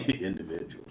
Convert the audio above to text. individuals